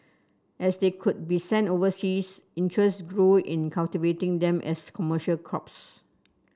as they could be sent overseas interest grew in cultivating them as commercial crops